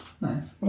Nice